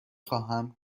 خواهم